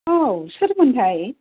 औ सोरमोनथाय